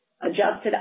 Adjusted